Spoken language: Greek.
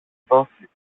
δώσεις